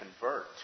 convert